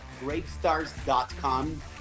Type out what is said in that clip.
grapestars.com